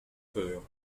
peur